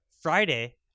friday